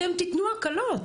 אתם תיתנו הקלות.